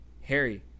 Harry